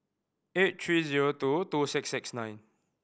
eight three zero two two six six nine